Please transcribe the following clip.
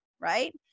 Right